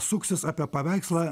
suksis apie paveikslą